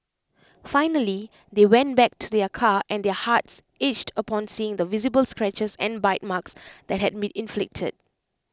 finally they went back to their car and their hearts ached upon seeing the visible scratches and bite marks that had been inflicted